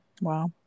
Wow